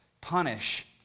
punish